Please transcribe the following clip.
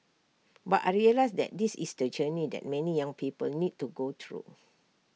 but I realised that this is the journey that many young people need to go through